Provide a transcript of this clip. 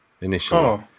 initially